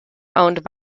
owned